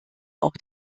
auch